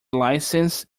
licence